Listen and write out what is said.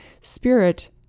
Spirit